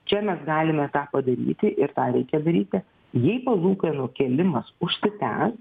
čia mes galime tą padaryti ir tą reikia daryti jei palūkanų kėlimas užsitęs